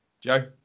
joe